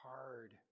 hard